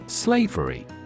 Slavery